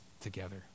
together